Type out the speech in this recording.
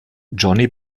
johnny